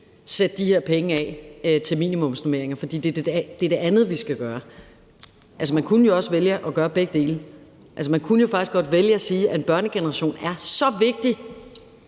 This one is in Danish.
sætte de her penge af til minimumsnormeringer, fordi det er det andet, vi skal gøre. Man kunne jo også vælge at gøre begge dele. Man kunne faktisk godt vælge at sige, at en børnegeneration er så vigtig,